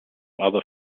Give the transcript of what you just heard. other